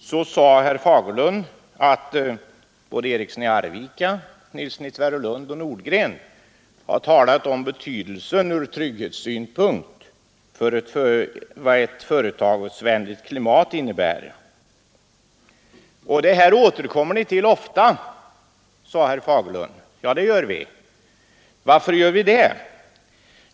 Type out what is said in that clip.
sade herr Fagerlund att herrar Eriksson i Arvika, Nilsson i Tvärålund och Nordgren har talat om vad ett företagsvänligt klimat betyder ur trygghetssynpunkt. Detta är något som vi ofta återkommer till, sade herr Fagerlund. Ja, det gör vi. Och varför gör vi det?